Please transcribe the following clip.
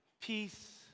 Peace